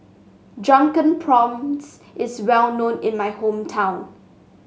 Drunken Prawns is well known in my hometown